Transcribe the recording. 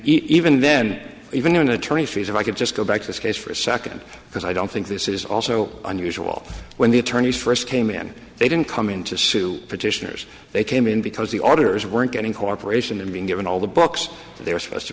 and even then even attorneys fees if i could just go back to this case for a second because i don't think this is also unusual when the attorneys first came in they didn't come in to sue petitioners they came in because the auditors weren't getting cooperation and being given all the books that they were supposed to